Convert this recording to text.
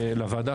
לוועדה,